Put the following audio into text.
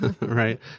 right